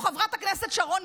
חברת הכנסת דיסטל,